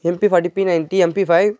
MP forty B ninety MB five